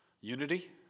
Unity